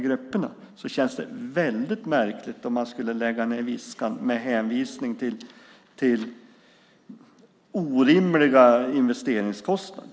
Då känns det väldigt märkligt om man skulle lägga ned Viskan med hänvisning till orimliga investeringskostnader.